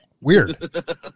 weird